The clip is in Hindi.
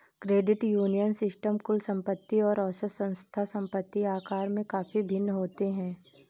क्रेडिट यूनियन सिस्टम कुल संपत्ति और औसत संस्था संपत्ति आकार में काफ़ी भिन्न होते हैं